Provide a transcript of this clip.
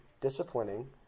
disciplining